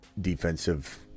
defensive